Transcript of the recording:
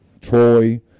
Troy